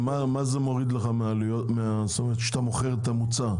כמה זה מוריד כשאתה מוכר את המוצר?